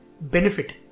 benefit